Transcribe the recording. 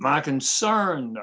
my concern